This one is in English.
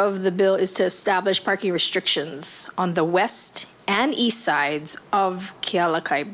of the bill is to establish parking restrictions on the west and east sides of the